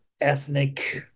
ethnic